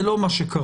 זה לא מה שקרה.